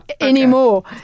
anymore